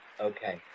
Okay